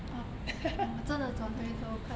orh 我真的转回头看